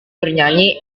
bernyanyi